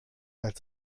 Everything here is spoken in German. als